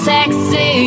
Sexy